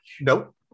Nope